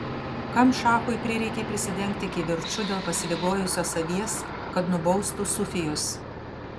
kam šachui prireikė prisidengti kivirču dėl pasiligojusios avies kad nubaustų sufijus